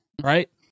right